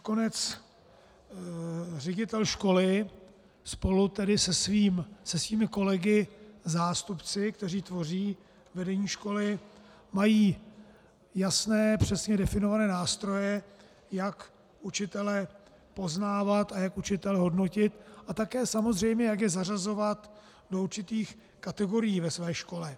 Nakonec ředitel školy spolu se svými kolegy zástupci, kteří tvoří vedení školy, mají jasné, přesně definované nástroje, jak učitele poznávat a jak učitele hodnotit a také samozřejmě jak je zařazovat do určitých kategorií ve své škole.